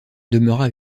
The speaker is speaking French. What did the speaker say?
demeura